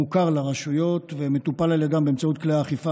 מוכר לרשויות ומטופל על ידן באמצעות כלי האכיפה